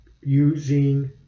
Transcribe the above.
using